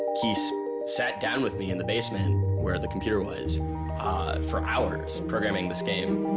he so sat down with me in the basement were the computer was for hours programming this game